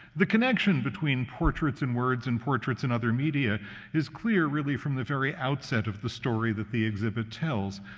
the connection between portraits and words and portraits and other media is clear, really, from the very outset of the story that the exhibit tells.